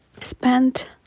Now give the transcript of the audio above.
spent